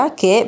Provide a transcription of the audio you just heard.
che